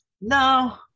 No